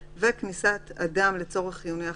(ט)כניסת אדם לצורך חיוני אחר,